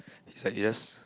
he said yes